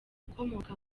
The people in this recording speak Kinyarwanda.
ukomoka